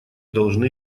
должны